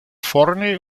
vorne